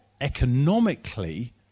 Economically